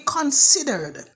considered